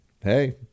Hey